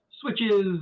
switches